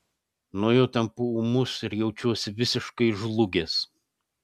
nuo jo tampu ūmus ir jaučiuosi visiškai žlugęs